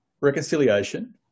reconciliation